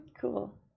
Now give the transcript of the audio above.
Cool